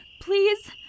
Please